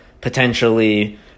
potentially